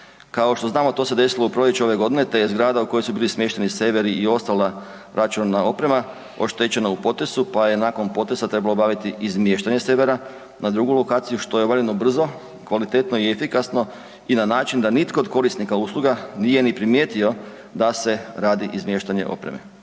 Kao što znamo, to se desilo u proljeće ove godine te je zgrada u kojoj su bili smješteni serveri i ostala računalna oprema, oštećena u potresu pa je nakon potresa trebalo obaviti izmještanje servera na drugu lokaciju, što je obavljeno brzo, kvalitetno i efikasno, i na način da, nitko od korisnika usluga nije ni primijetio da se radi izmještanje opreme.